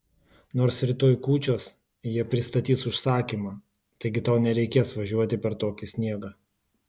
nors rytoj kūčios jie pristatys užsakymą taigi tau nereikės važiuoti per tokį sniegą